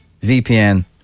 VPN